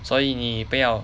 所以你不要